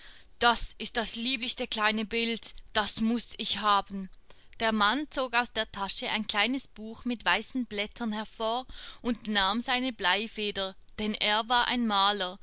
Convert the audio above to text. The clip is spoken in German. das ist das lieblichste kleine bild das muß ich haben der mann zog aus der tasche ein kleines buch mit weißen blättern hervor und nahm seine bleifeder denn er war ein maler